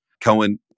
Cohen